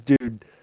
dude